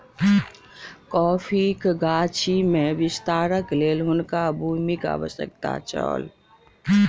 कॉफ़ीक गाछी में विस्तारक लेल हुनका भूमिक आवश्यकता छल